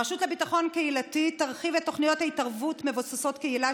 הרשות לביטחון קהילתי תרחיב את תוכניות ההתערבות מבוססות הקהילה,